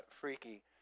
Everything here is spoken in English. freaky